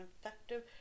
effective